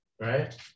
right